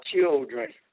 children